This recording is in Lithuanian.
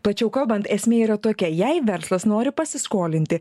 tačiau kalbant esmė yra tokia jei verslas nori pasiskolinti